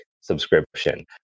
subscription